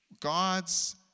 God's